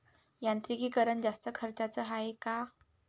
यांत्रिकीकरण जास्त खर्चाचं हाये का?